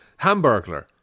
Hamburglar